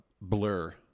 blur